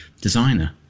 designer